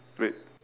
red